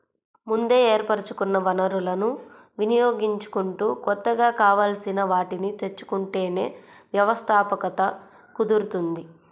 ముందే ఏర్పరచుకున్న వనరులను వినియోగించుకుంటూ కొత్తగా కావాల్సిన వాటిని తెచ్చుకుంటేనే వ్యవస్థాపకత కుదురుతుంది